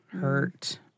hurt